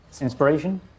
Inspiration